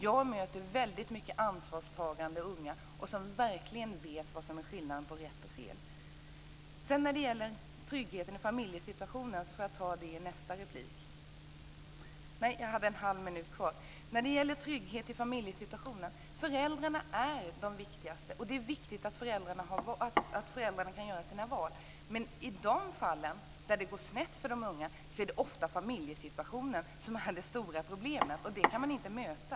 Jag möter väldigt många ansvarstagande unga som verkligen vet vad som är skillnaden mellan rätt och fel. När det gäller tryggheten i familjen är föräldrarna viktigast. Det är också viktigt att föräldrarna kan göra sina val. Men i de fall där det går snett för de unga är det ofta familjesituationen som är det stora problemet, och det kan man inte möta.